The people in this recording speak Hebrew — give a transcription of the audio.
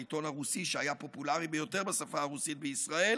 העיתון הרוסי שהיה פופולרי ביותר בשפה הרוסית במדינת ישראל